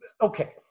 okay